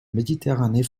méditerranée